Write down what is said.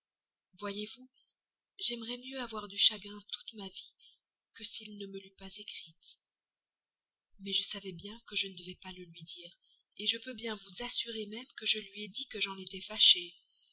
voyez-vous j'aimerais mieux avoir du chagrin toute ma vie que s'il ne me l'eût pas écrite mais je savais bien que je ne devais pas le lui dire je peux bien vous assurer même que je lui ai dit que j'en étais fâchée